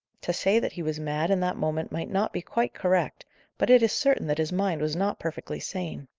to say that he was mad in that moment might not be quite correct but it is certain that his mind was not perfectly sane.